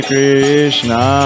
Krishna